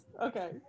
Okay